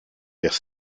vers